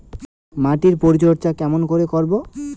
মাটির পরিচর্যা কেমন করে করব?